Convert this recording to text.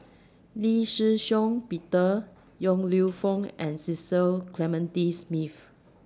Lee Shih Shiong Peter Yong Lew Foong and Cecil Clementi Smith